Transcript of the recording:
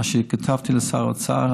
מה שכתבתי לשר האוצר.